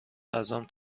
ازم